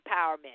Empowerment